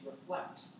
reflect